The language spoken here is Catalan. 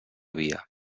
via